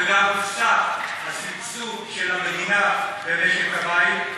וגם הופסק הסבסוד של המדינה את משק המים.